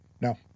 no